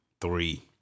three